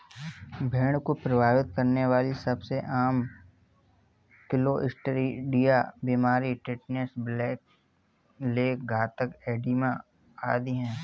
भेड़ को प्रभावित करने वाली सबसे आम क्लोस्ट्रीडिया बीमारियां टिटनेस, ब्लैक लेग, घातक एडिमा आदि है